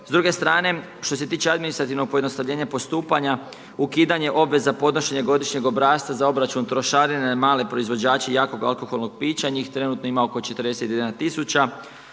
S druge strane, što se tiče administrativnog pojednostavljenja postupanja, ukidanje obveza podnošenja godišnjeg obrasca za obračun trošarine na male proizvođače jakoga alkoholnog pića, njih trenutno ima oko 41 tisuća.